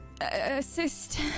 assist